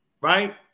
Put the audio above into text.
right